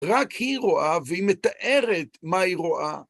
רק היא רואה, והיא מתארת מה היא רואה.